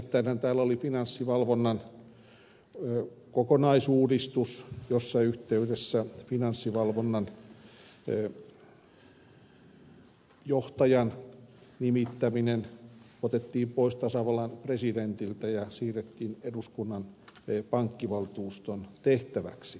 äskettäinhän täällä oli finanssivalvonnan kokonaisuudistus jossa yhteydessä finanssivalvonnan johtajan nimittäminen otettiin pois tasavallan presidentiltä ja siirrettiin eduskunnan pankkivaltuuston tehtäväksi